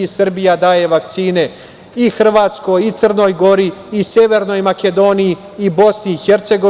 Srbija daje vakcine i Hrvatskoj i Crnoj Gori i Severnoj Makedoniji i BiH.